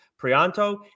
Prianto